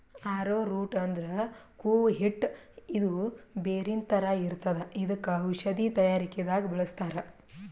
ಆರೊ root ಅಂದ್ರ ಕೂವ ಹಿಟ್ಟ್ ಇದು ಬೇರಿನ್ ಥರ ಇರ್ತದ್ ಇದಕ್ಕ್ ಔಷಧಿ ತಯಾರಿಕೆ ದಾಗ್ ಬಳಸ್ತಾರ್